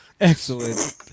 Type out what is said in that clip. excellent